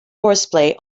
horseplay